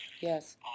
yes